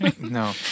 No